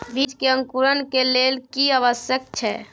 बीज के अंकुरण के लेल की आवश्यक छै?